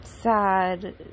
sad